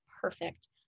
perfect